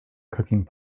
cooking